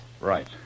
Right